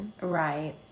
Right